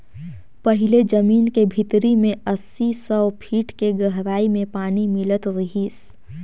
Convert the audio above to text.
पहिले जमीन के भीतरी में अस्सी, सौ फीट के गहराई में पानी मिलत रिहिस